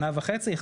שנה וחצי,